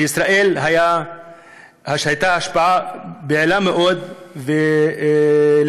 לישראל הייתה השפעה פעילה מאוד בעיצוב